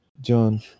John